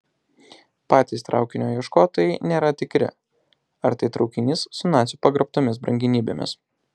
patys traukinio ieškotojai nėra tikri ar tai traukinys su nacių pagrobtomis brangenybėmis